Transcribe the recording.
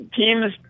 teams